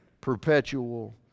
perpetual